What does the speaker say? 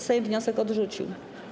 Sejm wniosek odrzucił.